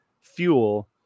fuel